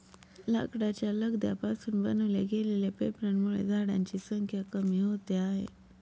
लाकडाच्या लगद्या पासून बनवल्या गेलेल्या पेपरांमुळे झाडांची संख्या कमी होते आहे